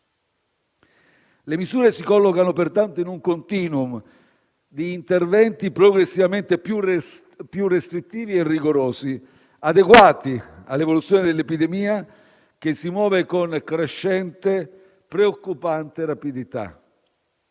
Le misure si collocano pertanto in un *continuum* di interventi progressivamente più restrittivi e rigorosi, adeguati all'evoluzione dell'epidemia che si muove con crescente e preoccupante rapidità.